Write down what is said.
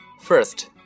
First